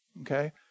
Okay